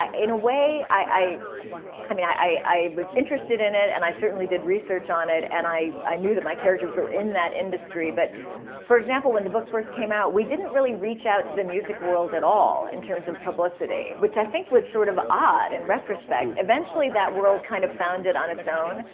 ah in a way, i i mean i was interested in it and certainly did research on it and i i knew that my characters were in that industry. but for example, when the book first came out, we didn't really reach out to the music world at all in terms of publicity, which i think was sort of odd in retrospect. eventually, that world kind of found it on its own,